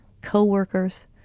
co-workers